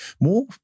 More